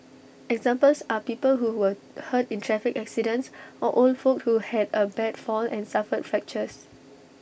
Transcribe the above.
examples are people who were hurt in traffic accidents or old folk who had A bad fall and suffered fractures